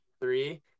Three